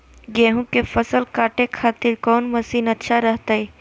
गेहूं के फसल काटे खातिर कौन मसीन अच्छा रहतय?